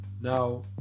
Now